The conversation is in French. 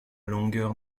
longueur